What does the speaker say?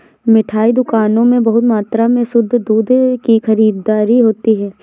मिठाई दुकानों में बहुत मात्रा में शुद्ध दूध की खरीददारी होती है